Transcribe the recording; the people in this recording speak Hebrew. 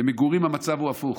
למגורים המצב הוא הפוך,